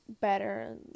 better